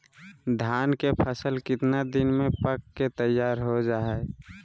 धान के फसल कितना दिन में पक के तैयार हो जा हाय?